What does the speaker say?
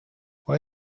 why